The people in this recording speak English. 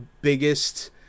biggest –